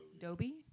Dobby